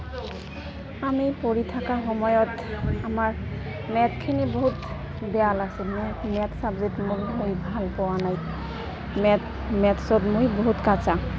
আমি পঢ়ি থাকা সময়ত আমাৰ মেথ্ছখিনি বহুত বেয়া লাগছিল মোৰ মেথ্ছ চাবজেক্টটো মোক মই ভাল পোৱা নাই মেথ্ছ মেথ্ছত মই বহুত কাঁচা